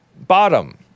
Bottom